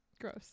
gross